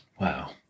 Wow